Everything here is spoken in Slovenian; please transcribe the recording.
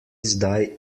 zdaj